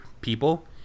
people